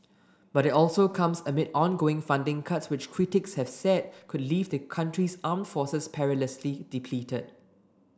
but it also comes amid ongoing funding cuts which critics have said could leave the country's arm forces perilously depleted